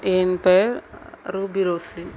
என் பேர் ரூபி ரோஸ்லி